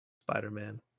Spider-Man